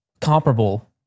Comparable